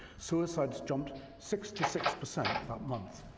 suicides jumped sixty six percent that month,